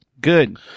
Good